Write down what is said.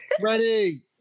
Ready